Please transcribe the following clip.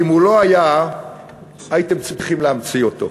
כי אם הוא לא היה הייתם צריכים להמציא אותו.